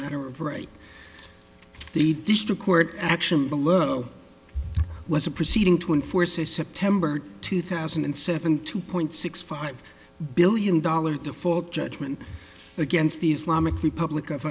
matter of right the district court action below was a proceeding to enforce a september two thousand and seven two point six five billion dollar default judgment against the islamic republic of